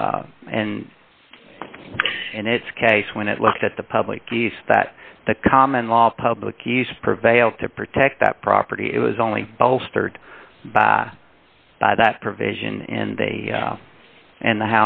d and in its case when it looked at the public use that the common law of public use prevailed to protect that property it was only bolstered by by that provision and they and the